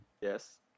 yes